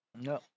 No